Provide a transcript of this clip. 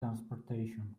transportation